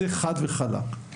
זה חד וחלק.